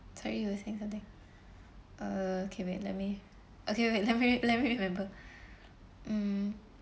sorry you were saying something (uh)okay wait let me okay wait wait let me let me remember um